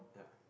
yeah